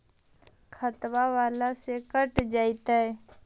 खाता बाला से कट जयतैय?